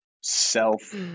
self